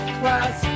class